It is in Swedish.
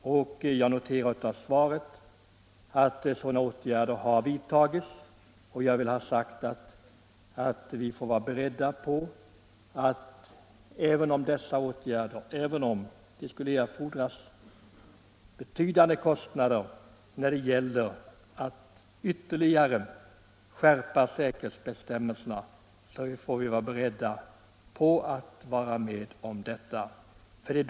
Jag noterar av kommunikationsministerns svar att sådana åtgärder har vidtagits. Jag vill också framhålla att vi, även om det skulle erfordras betydande kostnader för en ytterligare skärpning av säkerhetsbestämmelserna, får vara beredda på sådana utgifter, om så är nödvändigt.